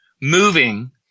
moving